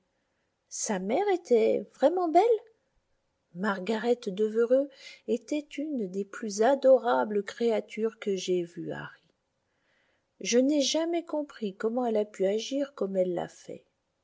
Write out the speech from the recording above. sa mère était vraiment belle margaret devereux était une des plus adorables créatures que j'aie vues harry je n'ai jamais compris comment elle a pu agir comme elle l'a fait